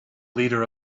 leader